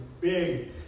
big